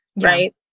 right